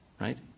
Right